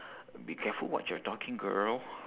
be careful what you're talking girl